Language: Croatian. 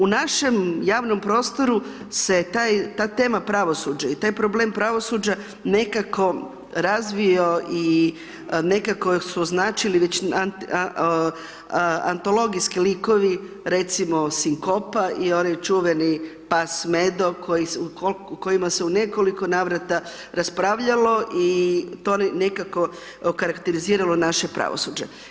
U našem javnom prostoru se taj, ta tema pravosuđa, i taj problem pravosuđa nekako razvio i nekako su označili već antologijski likovi, recimo sinkopa i onaj čuveni pas Medo, koji, o kojima se u nekoliko navrata raspravljalo, i to je nekako okarakteriziralo naše pravosuđe.